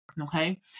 okay